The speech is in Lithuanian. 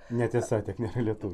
netiesa tiek nėra lietuvių